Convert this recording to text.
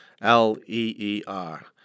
L-E-E-R